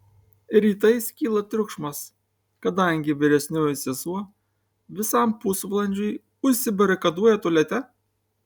rytais kyla triukšmas kadangi vyresnioji sesuo visam pusvalandžiui užsibarikaduoja tualete